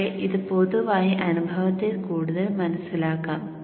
പക്ഷേ ഇത് പൊതുവായി അനുഭവത്തിൽ കൂടുതലായി മനസിലാക്കാം